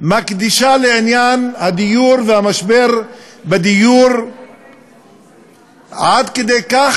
מקדישים לעניין הדיור והמשבר בדיור עד כדי כך